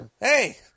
Hey